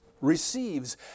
receives